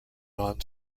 non